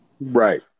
Right